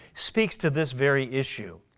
speaks to this very issue.